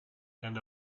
and